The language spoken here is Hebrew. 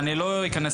אני לא אכנס לזה.